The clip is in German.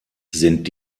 sind